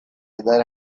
either